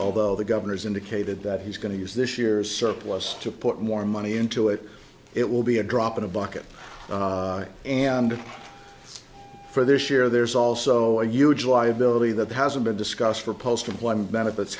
although the governor's indicated that he's going to use this year's surplus to put more money into it it will be a drop in a bucket and for this year there's also a huge liability that hasn't been discussed for postum one benefits